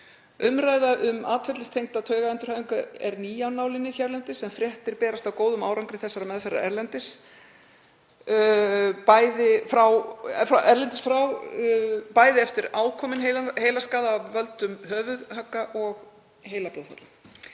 Umræða um atferlistengda taugaendurhæfingu er ný af nálinni hérlendis en fréttir berast af góðum árangri slíkrar meðferðar erlendis frá, bæði eftir ákominn heilaskaða af völdum höfuðhögga og heilablóðfalla.